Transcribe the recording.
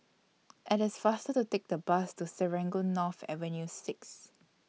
IT IS faster to Take The Bus to Serangoon North Avenue six